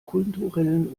kulturellen